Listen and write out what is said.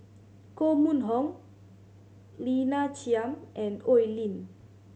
Koh Mun Hong Lina Chiam and Oi Lin